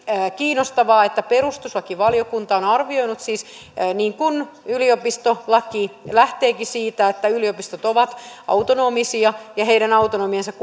kiinnostavaa että kun perustuslakivaliokunta on arvioinut siis niin kuin yliopistolaki lähteekin siitä että yliopistot ovat autonomisia ja heidän autonomiaansa